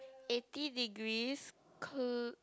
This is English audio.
eighty degrees cool